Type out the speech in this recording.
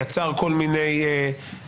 זה יצר כל מיני משחקים.